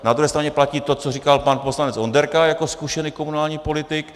Na druhé straně platí to, co říkal pan poslanec Onderka jako zkušený komunální politik.